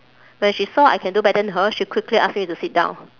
when she saw I can do better than her she quickly ask me to sit down